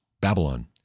Babylon